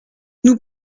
nous